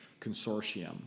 consortium